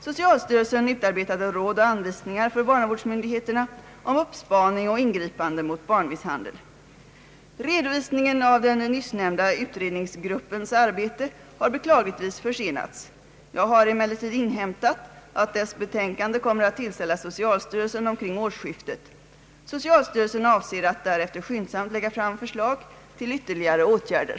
Socialstyrelsen utarbetade råd och anvisningar för barnavårdsmyndigheterna om uppspaning och ingripande mot barnmisshandel. Redovisningen av den nyssnämnda utredningsgruppens arbete har beklagligtvis försenats. Jag har emellertid inhämtat att dess betänkande kommer att tillställas socialstyrelsen omkring årsskiftet. Socialstyrelsen avser att därefter skyndsamt lägga fram förslag till ytterligare åtgärder.